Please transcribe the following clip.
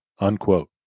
unquote